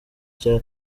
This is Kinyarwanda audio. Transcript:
cya